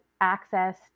access